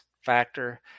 factor